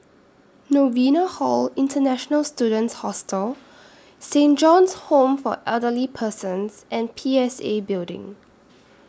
Novena Hall International Students Hostel Saint John's Home For Elderly Persons and P S A Building